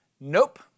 nope